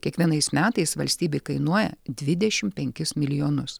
kiekvienais metais valstybei kainuoja dvidešimt penkis milijonus